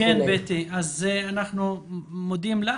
אנחנו מודים לך.